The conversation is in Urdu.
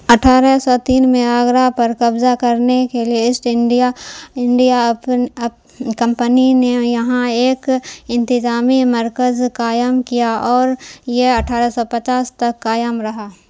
اٹھارہ سو تین میں آگرہ پر قبضہ کرنے کے لیے ایسٹ انڈیا انڈیا کمپنی نے یہاں ایک انتظامی مرکز قائم کیا اور یہ اٹھارہ سو پچاس تک قائم رہا